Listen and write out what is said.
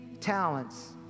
talents